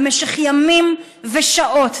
במשך ימים ושעות,